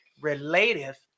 relative